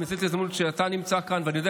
אני מנצל את ההזדמנות שאתה נמצא כאן ואני יודע